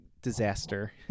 Disaster